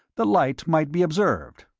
the light might be observed.